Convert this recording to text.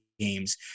games